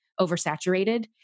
oversaturated